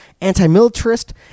anti-militarist